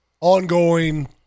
ongoing